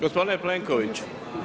Gospodine Plenkoviću,